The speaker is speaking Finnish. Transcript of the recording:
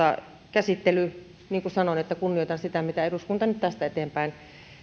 käsittely niin kuin sanoin kunnioitan sitä mitä eduskunta nyt tästä eteenpäin